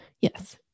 Yes